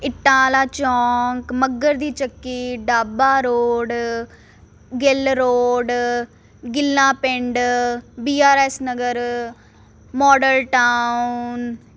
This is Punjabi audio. ਇੱਟਾਂ ਵਾਲਾ ਚੌਂਕ ਮੱਘਰ ਦੀ ਚੱਕੀ ਡਾਬਾ ਰੋਡ ਗਿੱਲ ਰੋਡ ਗਿੱਲਾ ਪਿੰਡ B R S Nagar model town